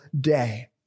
day